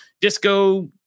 disco